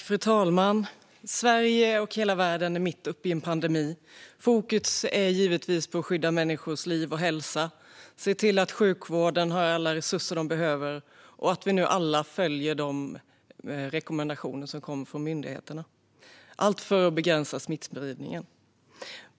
Fru talman! Sverige och hela världen är mitt uppe i en pandemi. Fokus är givetvis på att skydda människors liv och hälsa och på att se till att sjukvården har alla resurser de behöver och vi alla följer myndigheternas rekommendationer för att begränsa smittspridningen.